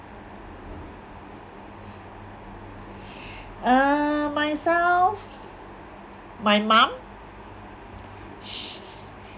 err myself my mum